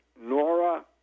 Nora